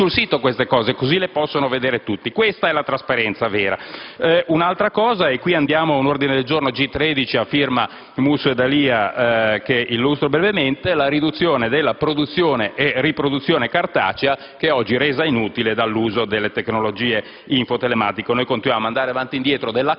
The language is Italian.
mettiamo sul sito queste informazioni, così le possono vedere tutti. Questa è la trasparenza vera. Un'altra questione riguarda (e arriviamo all'ordine del giorno G13, a firma Musso e D'Alia, che illustro brevemente) la riduzione della produzione e riproduzione cartacea, che oggi è resa inutile dall'uso delle tecnologie info-telematiche.